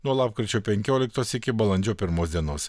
nuo lapkričio penkioliktos iki balandžio pirmos dienos